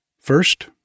First